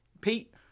pete